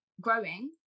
Growing